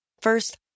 First